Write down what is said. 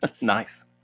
Nice